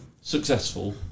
successful